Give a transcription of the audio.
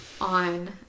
on